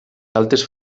altes